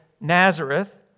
Nazareth